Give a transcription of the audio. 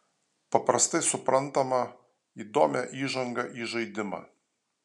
paprastai suprantamą įdomią įžangą į žaidimą